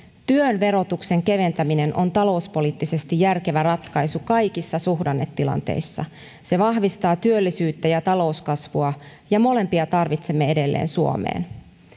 työn verotuksen keventäminen on talouspoliittisesti järkevä ratkaisu kaikissa suhdannetilanteissa se vahvistaa työllisyyttä ja talouskasvua ja molempia tarvitsemme edelleen suomeen